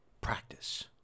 practice